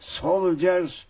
soldiers